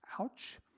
Ouch